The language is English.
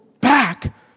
back